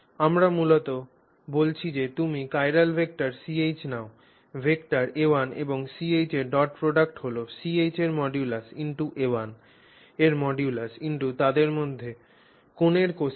আমরা মূলত বলছি যদি তুমি চিরাল ভেক্টর Ch নাও ভেক্টর a1 এবং Ch এর ডট প্রোডাক্ট হল Ch এর মডিউলাস x a1 এর মডুলাস x তাদের মধ্যে কোনের কোসাইন